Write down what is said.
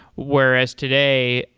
whereas today,